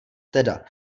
teda